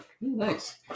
Nice